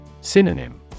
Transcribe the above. Synonym